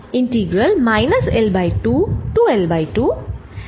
integral টি করা যাক